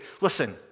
listen